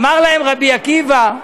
אמר להם רבי עקיבא: